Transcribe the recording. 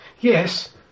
Yes